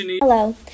Hello